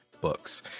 books